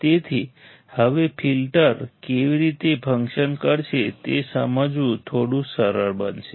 તેથી હવે ફિલ્ટર કેવી રીતે ફંકશન કરશે તે સમજવું થોડું સરળ બનશે